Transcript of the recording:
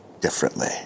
differently